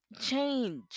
change